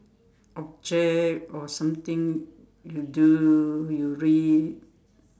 object or something you do you read